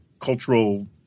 cultural